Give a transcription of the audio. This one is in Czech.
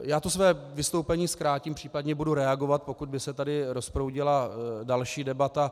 Já to své vystoupení zkrátím, případně budu reagovat, pokud by se tady rozproudila další debata.